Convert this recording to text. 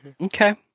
Okay